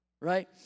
right